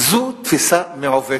זו תפיסה מעוּותת.